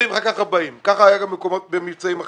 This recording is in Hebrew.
כך היה במבצעים אחרים.